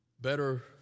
Better